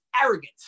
arrogant